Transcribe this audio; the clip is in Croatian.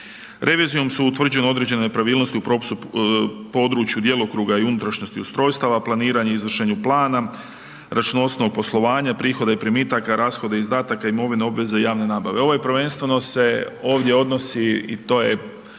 Revizijom su utvrđene određene nepravilnosti u …/Govornik se ne razumije./… području djelokruga i unutrašnjosti, ustrojstava, planiranje i iznošenju plana, računovodstvenih poslovanja, prihoda i primitaka, rashoda i izdataka imovine, obveze javne nabave. Ovo je prvenstveno se ovdje odnosi i to je